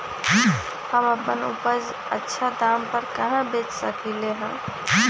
हम अपन उपज अच्छा दाम पर कहाँ बेच सकीले ह?